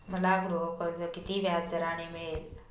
मला गृहकर्ज किती व्याजदराने मिळेल?